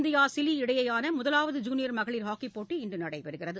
India Chile இடையேயான முதலாவது junior மகளிர் ஹாக்கிப் போட்டி இன்று நடைபெறுகிறது